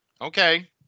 Okay